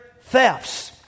thefts